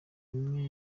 umwe